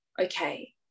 okay